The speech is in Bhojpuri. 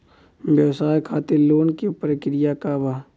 व्यवसाय खातीर लोन के प्रक्रिया का बा?